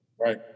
Right